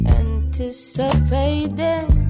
anticipating